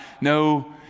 No